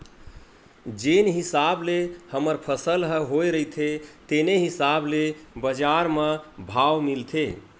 जेन हिसाब ले हमर फसल ह होए रहिथे तेने हिसाब ले बजार म भाव मिलथे